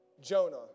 Jonah